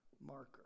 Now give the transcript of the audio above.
marker